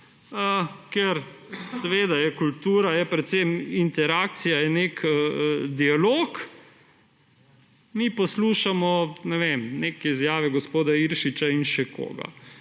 – ker kultura je predvsem interakcija, je nek dialog – mi poslušamo neke izjave gospoda Iršiča in še koga.